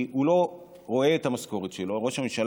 כי הוא לא רואה את המשכורת שלו, ראש הממשלה.